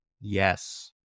yes